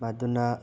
ꯃꯗꯨꯅ